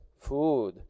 food